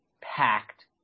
packed